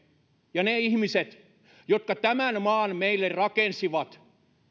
ja ne ihmiset jotka tämän maan meille rakensivat